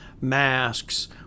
masks